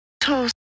toast